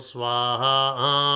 Swaha